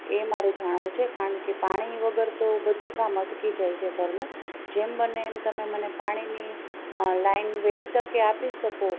એ મારે જાણવું છે કારણકે પાણી વગર તો બધું કામ અટકી જાય છે ઘરનું જેમ બને એમ તમે મને પાણીની લાઈન વહેલી તકે આપી શકો